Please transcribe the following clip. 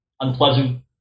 unpleasant